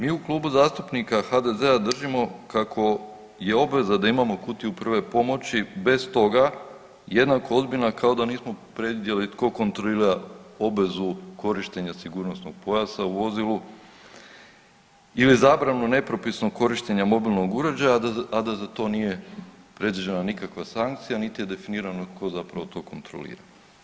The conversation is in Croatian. Mi u Klubu zastupnika HDZ-a držimo kako je obveza da imamo kutiju prve pomoći bez toga jednako ozbiljna kao da nismo predvidjeli tko kontrolira obvezu korištenja sigurnosnog pojasa u vozilu ili zabranu nepropisnog korištenja mobilnog uređaja, a da za to nije predviđena nikakva sankcija niti je definirano tko zapravo to kontrolira.